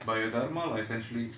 by your dharma essentially